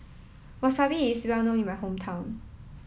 Wasabi is well known in my hometown